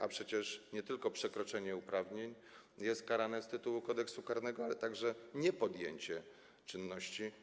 A przecież nie tylko przekroczenie uprawnień jest karane z Kodeksu karnego, ale także niepodjęcie czynności.